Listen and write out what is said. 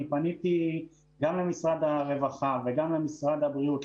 פניתי גם למשרד הרווחה וגם למשרד הבריאות,